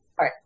right